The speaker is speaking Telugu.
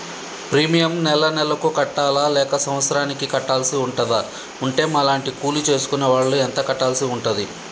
ప్రీమియం నెల నెలకు కట్టాలా లేక సంవత్సరానికి కట్టాల్సి ఉంటదా? ఉంటే మా లాంటి కూలి చేసుకునే వాళ్లు ఎంత కట్టాల్సి ఉంటది?